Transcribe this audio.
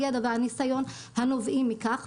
הידע והניסיון הנובעים מכך,